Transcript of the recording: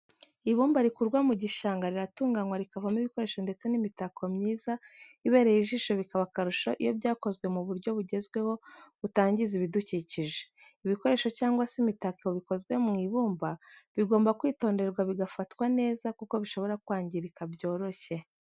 Ibumba rikurwa mu gishanga riratunganywa rikavamo ibikoresho ndetse n'imitako myiza ibereye ijisho bikaba akarusho iyo byakozwe mu buryo bugezweho butangiza ibidukikije. ibikoresho cyangwa se imitako bikozwe mu ibumba bigomba kwitonderwa bigafatwa neza kuko bishobora kwangirika byoroshye.